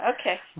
Okay